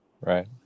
Right